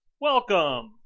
Welcome